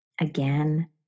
again